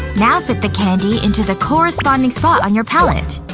now fit the candy into the corresponding spot on your palette